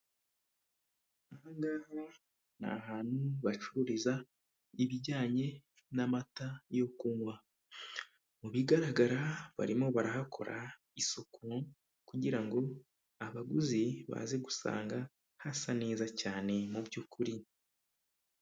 Aha ngaha ni ahantu bacururiza ibijyanye n'amata yo kunywa. Mu bigaragara barimo barahakora isuku kugira ngo abaguzi baze gusanga hasa neza cyane mu by'ukuri.